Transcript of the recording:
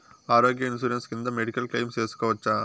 ఆరోగ్య ఇన్సూరెన్సు కింద medical claim సేసుకోవచ్చా?